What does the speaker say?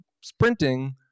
sprinting